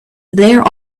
there